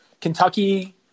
Kentucky